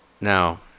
Now